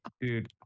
Dude